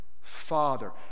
Father